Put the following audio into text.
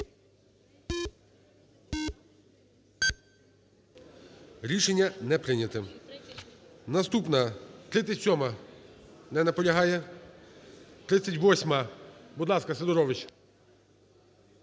Рішення не прийняте. Наступна - 37-а. Не наполягає. 38-а. Будь ласка, Сидорович.